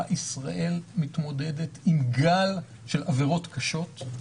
שבה ישראל מתמודדת עם גל של עברות קשות,